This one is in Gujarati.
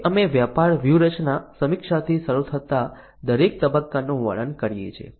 હવે અમે વ્યાપાર વ્યૂહરચના સમીક્ષાથી શરૂ થતા દરેક તબક્કાનું વર્ણન કરીએ છીએ